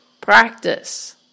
practice